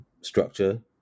structure